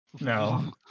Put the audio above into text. no